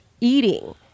eating